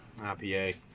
IPA